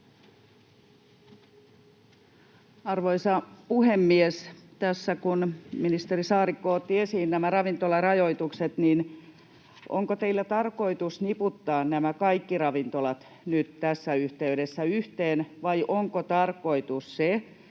Arvoisa puhemies! Tässä kun ministeri Saarikko otti esiin nämä ravintolarajoitukset, niin onko teillä tarkoitus niputtaa nämä kaikki ravintolat nyt tässä yhteydessä yhteen, vai onko tarkoitus se,